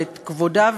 ואת כבודה,